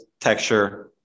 texture